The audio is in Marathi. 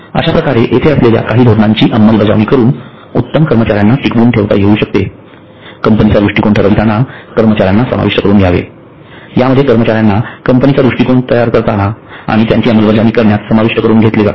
अश्याप्रकारे येथे असलेल्या काही धोरणांची अमंलबजावणीकरून उत्तम कर्मचार्यांना टिकवून ठेवता येऊ शकते कंपनीचा दृष्टीकोन ठरविताना कर्मचार्यांना समाविष्ट करून घ्यावे यामध्ये कर्मचार्यांना कंपनीचा दृष्टीकोन तयार करण्यात आणि त्याची अंमलबजावणी करण्यात समाविष्ट करून घेतले जाते